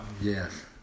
Yes